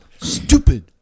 Stupid